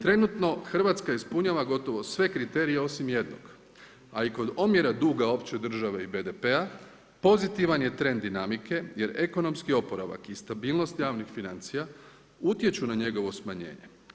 Trenutno Hrvatska ispunjava gotovo sve kriterije osim jednog a i kod omjera duga opće države i BDP-a pozitivan je trend dinamike jer ekonomski oporavak i stabilnost javnih financija utječu na njegovo smanjenje.